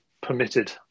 permitted